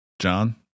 John